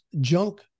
junk